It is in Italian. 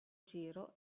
giro